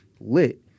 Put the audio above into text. lit